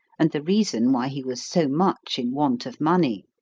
and the reason why he was so much in want of money.